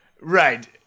Right